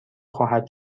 خواهد